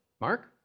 Mark